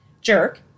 Jerk